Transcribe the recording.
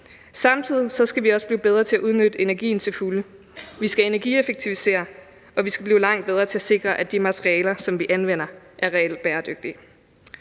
Samtidig skal vi også blive bedre til at udnytte energien til fulde. Vi skal energieffektivisere, og vi skal blive langt bedre til at sikre, at de materialer, som vi anvender, er reelt bæredygtige.